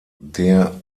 der